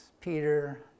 Peter